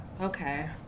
okay